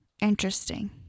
interesting